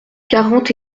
quarante